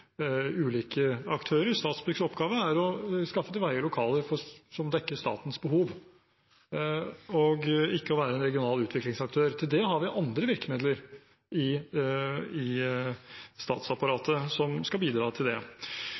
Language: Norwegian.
ulike aktører. Statsbyggs oppgave er å skaffe til veie lokaler som dekker statens behov. De skal ikke være en regional utviklingsaktør, vi har andre virkemidler i statsapparatet som skal bidra til det.